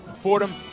Fordham